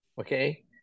Okay